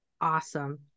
awesome